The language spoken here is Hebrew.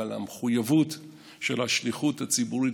אבל המחויבות של השליחות הציבורית,